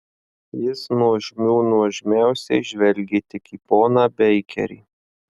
jis nuožmių nuožmiausiai žvelgia tik į poną beikerį